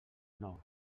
nou